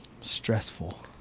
stressful